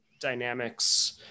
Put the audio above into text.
dynamics